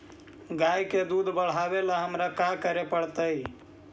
गाय के दुध बढ़ावेला हमरा का करे पड़तई?